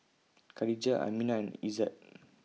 Khadija Aminah and Izzat